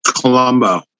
colombo